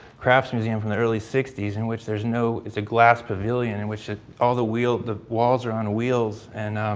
crafts museum from the early sixty s in which there's no, it's a glass pavilion in which all the wheel, the walls are on wheels and